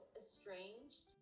estranged